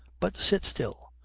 but sit still.